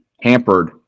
hampered